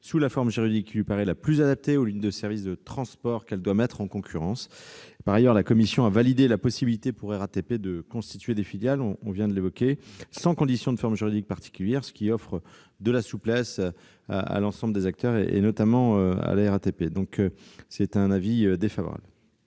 sous la forme juridique qui lui paraît la plus adaptée aux lignes de services de transport qu'elle doit mettre en concurrence. Par ailleurs, la commission a validé la possibilité pour la RATP de constituer des filiales sans condition de forme juridique particulière, ce qui offre de la souplesse à l'ensemble des acteurs, notamment à la RATP. La commission émet un avis défavorable